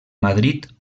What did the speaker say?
madrid